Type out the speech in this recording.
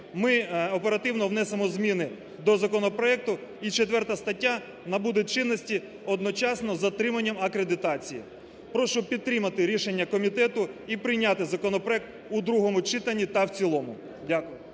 ми оперативно внесемо зміни до законопроекту і 4 стаття набуде чинності одночасно з отриманням акредитації. Прошу підтримати рішення комітету і прийняти законопроект у другому читанні та в цілому. Дякую.